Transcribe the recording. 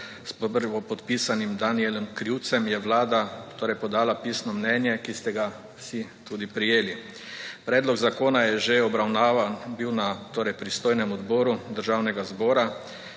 s prvopodpisanim Danijelom Krivcem, je vlada torej podala pisno mnenje, ki ste ga vsi tudi prejeli. Predlog zakona je že obravnavan bil na torej pristojnem odboru Državnega zbora